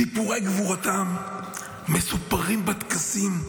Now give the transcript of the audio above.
סיפורי גבורתם מסופרים בטקסים,